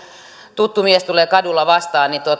tuttu mies tulee kadulla vastaan